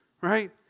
right